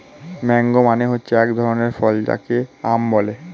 mango মানে হচ্ছে এক ধরনের ফল যাকে আম বলে